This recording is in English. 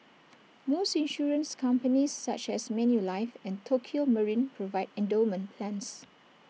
most insurance companies such as Manulife and Tokio marine provide endowment plans